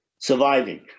Surviving